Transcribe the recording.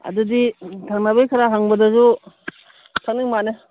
ꯑꯗꯨꯗꯤ ꯊꯪꯅꯕꯒꯤ ꯈꯔ ꯍꯪꯕꯗꯨꯁꯨ ꯊꯛꯅꯤꯡ ꯃꯥꯜꯂꯦ